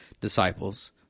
disciples